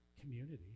community